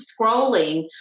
scrolling